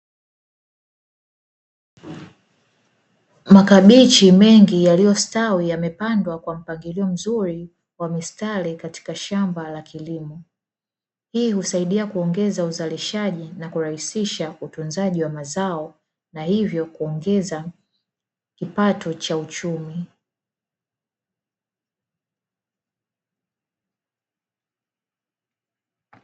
Makabichi mengi yaliyostawi, yamepandwa kwa mpangilio mzuri wa mistari katika shamba la kilimo. Hii husaidia kuongeza uzalishaji na kurahisisha utunzaji wa mazao na hivyo kuongeza kipato cha uchumi.